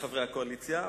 לחברי הקואליציה,